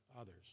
others